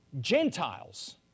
Gentiles